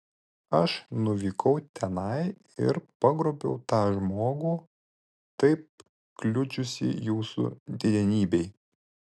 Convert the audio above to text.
aš nuvykau tenai ir pagrobiau tą žmogų taip kliudžiusį jūsų didenybei